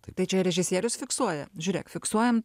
tai čia režisierius fiksuoja žiūrėk fiksuojam